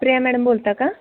Priya madam बोलता का